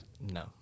No